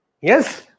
yes